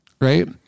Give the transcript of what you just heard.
right